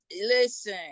listen